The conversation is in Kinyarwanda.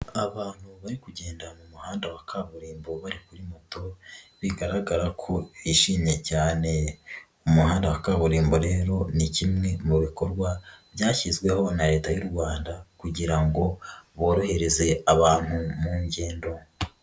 Abantu bari kugenda mu muhanda wa kaburimbo bari kuri moto, bigaragara ko bishimiye cyane, umuhanda wa kaburimbo rero ni kimwe mu bikorwa byashyizweho na Leta y'u Rwanda kugira ngo borohereze abantu mu ngendo.